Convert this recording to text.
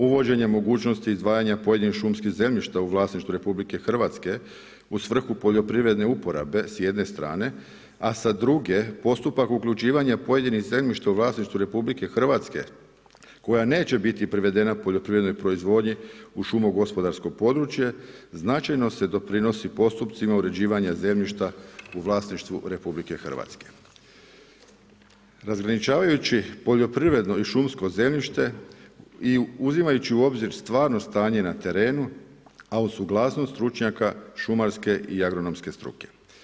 Uvođenjem mogućnosti izdvajanja pojedinih šumskih zemljišta u vlasništvu RH u svrhu poljoprivredne uporabe s jedne strane a sa druge postupak uključivanja pojedinih zemljišta u vlasništvu RH koja neće biti privedena poljoprivrednoj proizvodnji u šumogospodarsko područje značajno se doprinosi postupcima uređivanja zemljišta u vlasništvu RH, razgraničavajući poljoprivredno i šumsko zemljište i uzimajući u obzir stvarno stanje na terenu a uz suglasnost stručnjaka šumarske i agronomske struke.